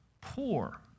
poor